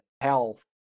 health